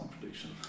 prediction